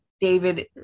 David